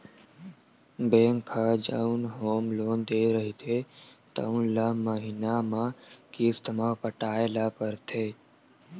bank ह जउन home loan दे रहिथे तउन ल महिना म किस्त म पटाए ल परथे